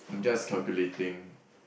I'm just calculating